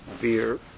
beer